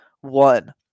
One